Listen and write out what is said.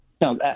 no